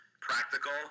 practical